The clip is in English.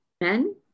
men